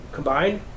combined